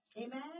Amen